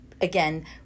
again